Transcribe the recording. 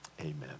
Amen